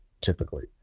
typically